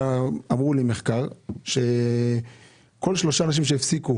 אמרו לי שיש מחקר כזה שאומר שמכל שלושה אנשים שהפסיקו